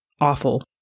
awful